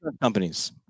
companies